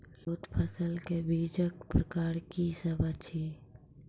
लोत फसलक बीजक प्रकार की सब अछि?